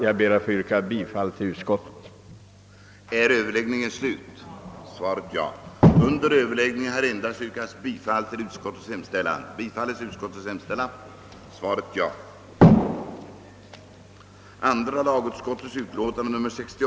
Jag ber att få yrka bifall till utskottets hemställan.